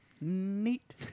neat